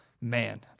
man